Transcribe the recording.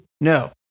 No